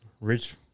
Rich